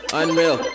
unreal